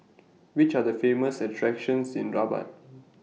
Which Are The Famous attractions in Rabat